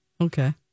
Okay